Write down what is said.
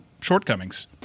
shortcomings